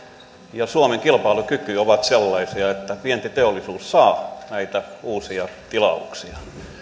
ja suomen kilpailukyky ovat sellaisia että vientiteollisuus saa näitä uusia tilauksia